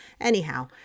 Anyhow